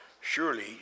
surely